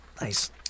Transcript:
Nice